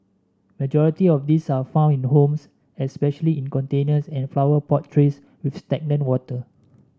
majority of these are found in homes especially in containers and flower pot trays with stagnant water